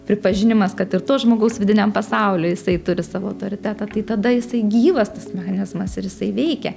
pripažinimas kad ir to žmogaus vidiniam pasauliui jisai turi savo autoritetą tai tada jisai gyvas tas mechanizmas ir jisai veikia